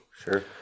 Sure